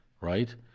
right